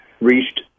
reached